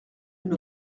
une